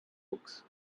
books